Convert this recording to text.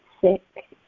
sick